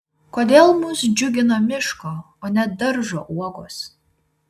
kodėl mus džiugina miško o ne daržo uogos